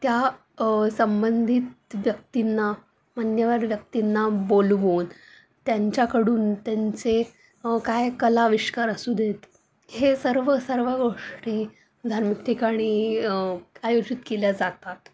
त्या संबंधित व्यक्तींना मान्यवर व्यक्तींना बोलवून त्यांच्याकडून त्यांचे काय कलाविष्कार असू देत हे सर्व सर्व गोष्टी धार्मिक ठिकाणी आयोजित केल्या जातात